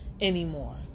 anymore